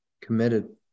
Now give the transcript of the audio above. Committed